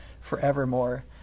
forevermore